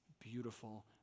beautiful